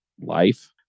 life